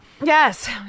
Yes